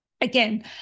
Again